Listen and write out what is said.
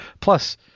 Plus